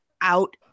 out